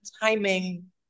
timing